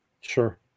Sure